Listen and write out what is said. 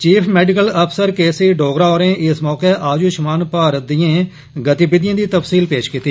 chief medical अफसर K C Dogra होरें इस मौके आयुष्मान भारत दिएं गतिविधिएं दी तफसील पेश कीती